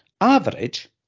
Average